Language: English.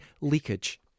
leakage